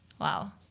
wow